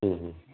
ہوں ہوں